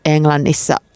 Englannissa